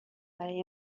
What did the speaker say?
برای